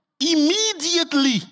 Immediately